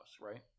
right